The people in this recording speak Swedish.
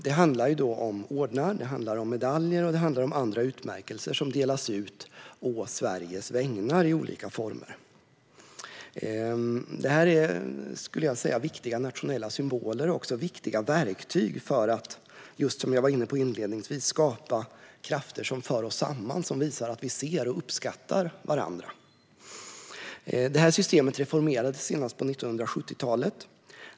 Det handlar om ordnar, medaljer och andra utmärkelser som delas ut å Sveriges vägnar i olika former. Detta är viktiga nationella symboler och också viktiga verktyg för att, som jag var inne på inledningsvis, skapa krafter som för oss samman och som visar att vi ser och uppskattar varandra. Det här systemet reformerades senast på 1970-talet.